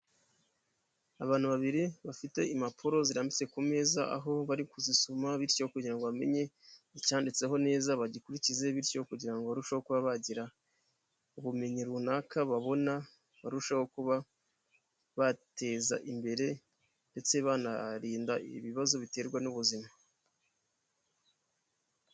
Abantu babiri bafite impapuro zirambitse ku meza aho bari kuzisoma bityo kugira ngo bamenye icyanditseho neza bagikurikize bityo kugira ngo barusheho kuba bagira ubumenyi runaka babona, barusheho kuba bateza imbere ndetse banarinda ibibazo biterwa n'ubuzima.